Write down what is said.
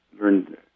learned